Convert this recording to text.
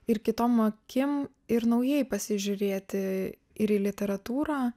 ir kitom akim ir naujai pasižiūrėti ir į literatūrą